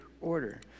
order